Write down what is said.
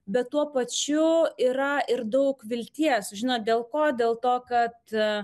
bet tuo pačiu yra ir daug vilties žino dėl ko dėl to kad